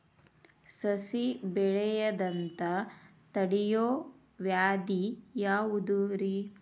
ಸಸಿ ಬೆಳೆಯದಂತ ತಡಿಯೋ ವ್ಯಾಧಿ ಯಾವುದು ರಿ?